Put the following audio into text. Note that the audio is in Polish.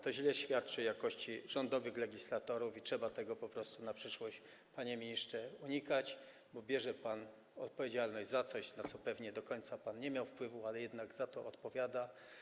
To źle świadczy o jakości pracy rządowych legislatorów i trzeba tego po prostu na przyszłość, panie ministrze, uniknąć, bo bierze pan odpowiedzialność za coś, na co pewnie do końca nie miał pan wpływu, ale jednak za co pan odpowiada.